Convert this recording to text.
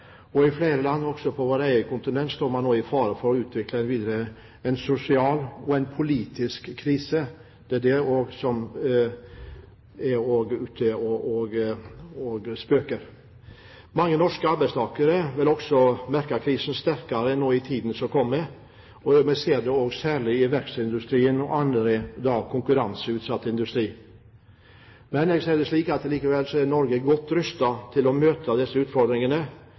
I flere land, også på vårt eget kontinent, står man nå i fare for å utvikle en videre sosial og politisk krise. Det er det som også er ute og spøker. Mange norske arbeidstakere vil også merke krisen sterkere nå i tiden som kommer. Vi ser det særlig i verftsindustrien og i annen konkurranseutsatt industri. Jeg ser det slik at Norge likevel er godt rustet til å møte disse utfordringene,